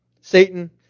Satan